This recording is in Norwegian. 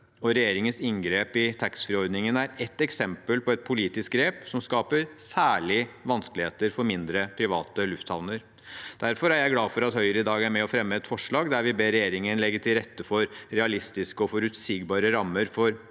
regjeringens inngrep i taxfreeordningen er et eksempel på et politisk grep som skaper særlige vanskeligheter for mindre, private lufthavner. Derfor er jeg glad for at Høyre i dag er med og fremmer et forslag der vi ber regjeringen legge til rette for realistiske og forutsigbare rammer for